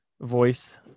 voice